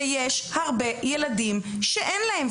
ויש הרבה ילדים שאין להם,